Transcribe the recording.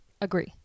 agree